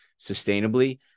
sustainably